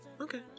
Okay